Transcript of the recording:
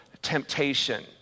Temptation